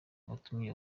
watumye